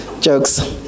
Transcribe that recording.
jokes